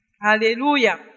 Hallelujah